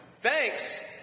Thanks